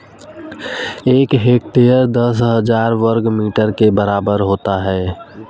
एक हेक्टेयर दस हजार वर्ग मीटर के बराबर होता है